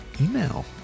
email